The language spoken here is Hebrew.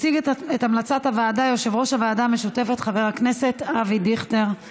אנחנו עוברים להמלצת הוועדה המשותפת של ועדת החוץ והביטחון וועדת החוקה,